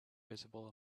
visible